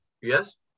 Yes